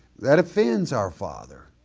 that offends our father,